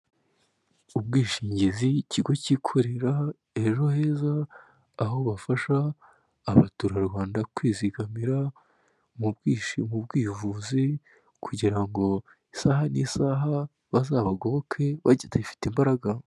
Ubwishingizi ikigo cyikorera, ejoheza aho bafasha abaturarwanda kwizigamira mu bwishi mu bwivuzi kugira ngo isaha n'isaha bazabagoboke bagifite imbaraga.